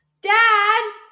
Dad